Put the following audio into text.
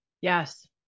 yes